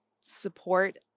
support